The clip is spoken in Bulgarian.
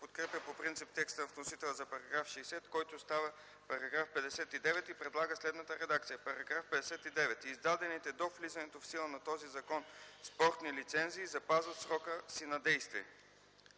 подкрепя по принцип текста на вносителя за § 60, който става § 59 и предлага следната редакция: „§ 59. Издадените до влизането в сила на този закон спортни лицензии запазват срока си на действие.”